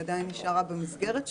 היא עדיין נשארה במסגרת שלו.